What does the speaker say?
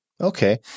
Okay